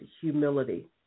humility